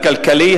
הכלכלי,